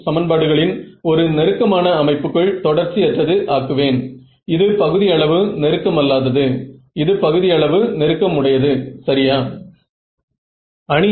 ஒரு ஆண்டனா வடிவமைப்பாளராக உங்களுக்கு CEM தெரியாது